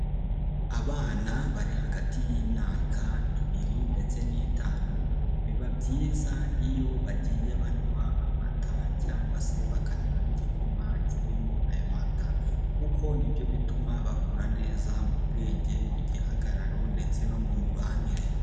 Abana bari hagati y'imyaka ibiri ndetse n'itanu biba byiza iyo bagiye banywa amata cyangwa se bakanywa n'igikoma kirimo ayo mata kuko nibyo bituma bakura neza mu bwenge, mu gihagararo ndetse no mu mibanire.